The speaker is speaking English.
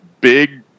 big